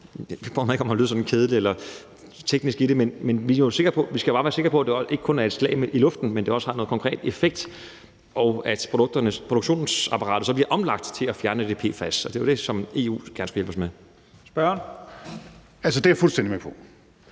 mig ikke om at lyde kedelig og være teknisk i det, men vi skal bare være sikre på, at det ikke kun er et slag i luften, men at det også har noget konkret effekt, og at produktionsapparatet så bliver omlagt til at fjerne det PFAS, og det er det, som EU gerne skal hjælpe os med. Kl. 12:56 Første næstformand (Leif